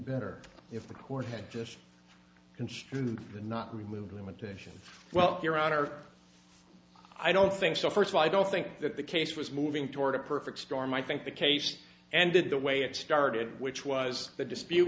better if the court had just construed the not removed limitation well your honor i don't think so first of all i don't think that the case was moving toward a perfect storm i think the case and that the way it started which was the dispute